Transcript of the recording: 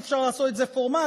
אי-אפשר לעשות את זה פורמלית,